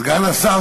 סגן השר